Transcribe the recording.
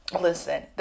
listen